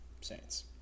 Saints